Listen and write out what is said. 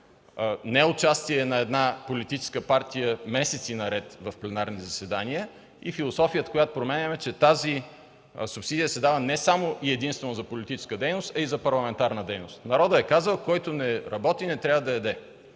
неучастие на една политическа партия месеци наред в пленарни заседания. Философията, която променяме, е, че тази субсидия се дава не само и единствено за политическа дейност, а и за парламентарна. Народът е казал: „Който не работи, не трябва да яде”.